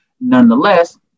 Nonetheless